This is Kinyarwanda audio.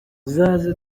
uzaze